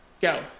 Go